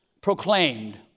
proclaimed